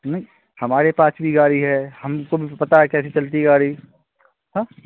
नहीं हमारे पास भी गाड़ी है हमको भी पता है कैसे चलती है गाड़ी हँ